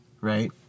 right